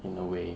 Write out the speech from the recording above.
in a way